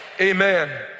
Amen